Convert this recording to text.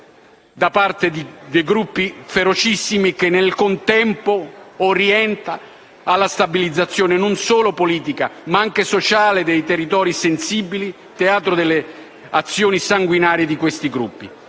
da parte dei gruppi ferocissimi e che, nel contempo, sia orientata alla stabilizzazione non solo politica, ma anche sociale dei territori sensibili teatro dell'azione sanguinaria di questi gruppi.